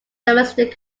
domestic